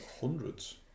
Hundreds